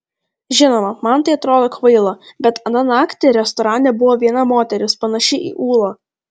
žinoma man tai atrodo kvaila bet aną naktį restorane buvo viena moteris panaši į ūlą